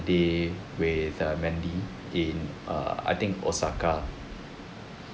the uh with mandy in err I think osaka